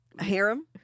harem